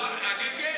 אני, כן.